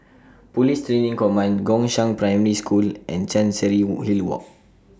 Police Training Command Gongshang Primary School and Chancery Wood Hilly Walk